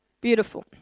beautiful